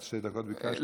שתי דקות ביקשת.